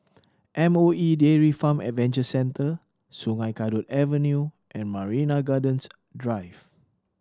M O E Dairy Farm Adventure Centre Sungei Kadut Avenue and Marina Gardens Drive